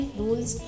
rules